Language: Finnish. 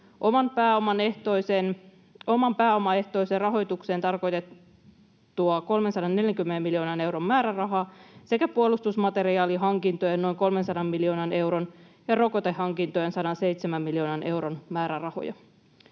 oman pääoman ehtoiseen rahoitukseen tarkoitettua 340 miljoonan euron määrärahaa sekä puolustusmateriaalihankintojen noin 300 miljoonan euron ja rokotehankintojen 107 miljoonan euron määrärahoja.